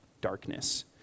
darkness